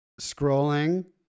scrolling